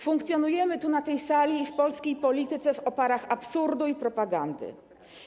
Funkcjonujemy tu, na tej sali, i w polskiej polityce w oparach absurdu i propagandy.